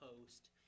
post